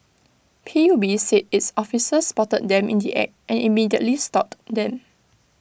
P U B said its officers spotted them in the act and immediately stopped them